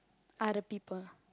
other people